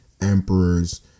emperors